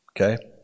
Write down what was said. Okay